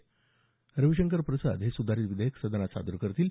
मंत्री रविशंकर प्रसाद हे सुधारित विधेयक सदनात सादर करतील